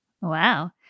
Wow